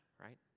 right